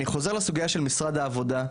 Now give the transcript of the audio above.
אני חוזר לסוגייה של משרד העבודה,